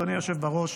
אדוני היושב בראש,